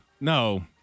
No